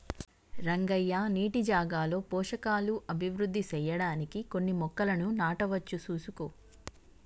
రంగయ్య నీటి జాగాలో పోషకాలు అభివృద్ధి సెయ్యడానికి కొన్ని మొక్కలను నాటవచ్చు సూసుకో